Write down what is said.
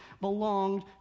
belonged